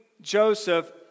Joseph